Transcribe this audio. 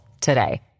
today